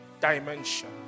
dimension